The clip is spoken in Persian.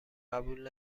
قبول